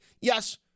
Yes